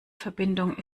verbindung